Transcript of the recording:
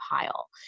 pile